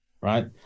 right